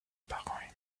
parents